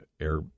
air